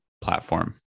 platform